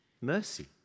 mercy